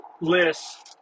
lists